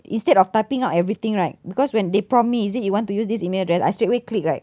instead of typing out everything right because when they prompt me is it you want to use this email address I straightaway click right